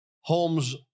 Holmes